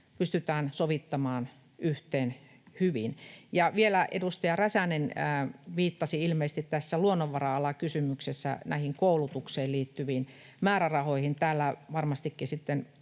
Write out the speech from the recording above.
pystytään sovittamaan yhteen hyvin. Vielä kun edustaja Räsänen viittasi ilmeisesti tässä luonnonvara-alakysymyksessä näihin koulutukseen liittyviin määrärahoihin, niin täällä varmastikin sitten